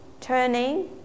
turning